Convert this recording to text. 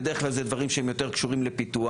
בדרך כלל זה דברים שהם יותר קשורים לפיתוח,